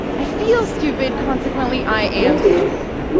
i feel stupid consequently i am stupid.